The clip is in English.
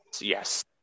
yes